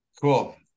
Cool